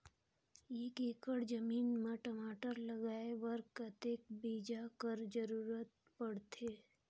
एक एकड़ जमीन म टमाटर लगाय बर कतेक बीजा कर जरूरत पड़थे?